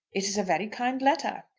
it is a very kind letter.